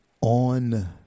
on